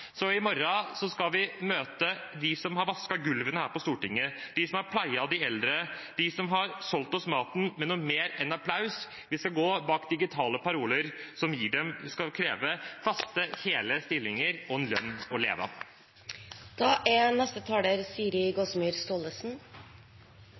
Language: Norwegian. så i morgen skal vi møte dem som har vasket gulvene her på Stortinget, de som har pleiet de eldre, og de som har solgt oss maten, med noe mer enn applaus – vi skal gå bak digitale paroler om å kreve faste, hele stillinger og en lønn å leve